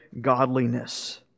godliness